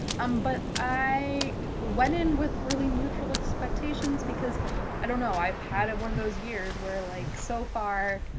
um but i went in with really neutral expectations because i don't know, i've had and one of those years where like so far,